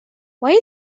why